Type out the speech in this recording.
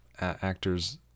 actors